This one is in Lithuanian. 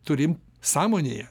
turim sąmonėje